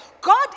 God